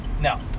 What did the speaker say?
No